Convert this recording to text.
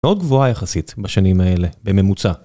מאוד גבוהה יחסית בשנים האלה, בממוצע.